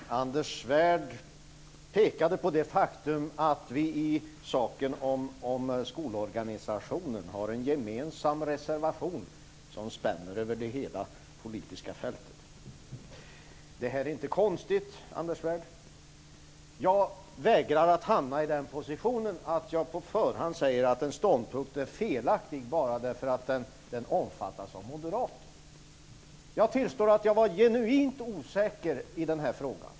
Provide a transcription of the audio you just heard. Herr talman! Anders Svärd pekar på det faktum att vi beträffande skolorganisationen har en gemensam reservation som spänner över hela det politiska fältet. Detta är inte konstigt, Anders Svärd! Jag vägrar att hamna i den positionen att jag på förhand säger att en ståndpunkt är felaktig bara därför att den omfattas av moderater. Jag tillstår att jag var genuint osäker i den här frågan.